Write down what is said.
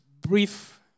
brief